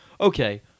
okay